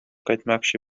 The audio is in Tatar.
кайтмакчы